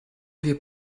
wir